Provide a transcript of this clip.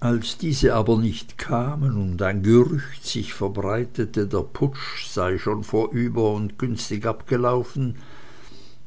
als diese aber nicht kamen und ein gerücht sich verbreitete der putsch sei schon vorüber und günstig abgelaufen